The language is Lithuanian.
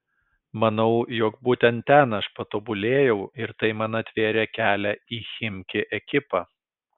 manau jog būtent ten aš patobulėjau ir tai man atvėrė kelią į chimki ekipą